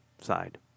side